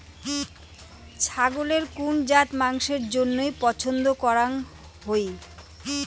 ছাগলের কুন জাত মাংসের জইন্য পছন্দ করাং হই?